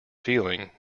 feeling